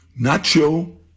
Nacho